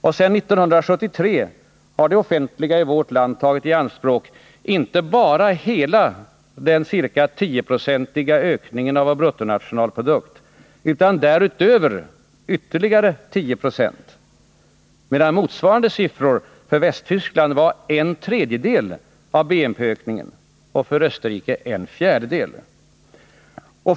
Och sedan 1973 har det offentliga i vårt land tagit i anspråk inte bara hela den ca 10-procentiga ökningen av vår bruttonationalprodukt utan därutöver ytterligare 10 76. Motsvarande siffror för Västtyskland var en tredjedel av BNP-ökningen och för Österrike en fjärdedel.